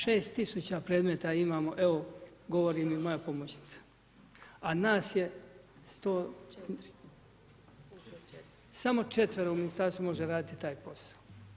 6000 predmeta imamo evo govori mi moja pomoćnica, a nas je samo četvero u ministarstvu može raditi taj posao.